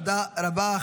תודה רבה.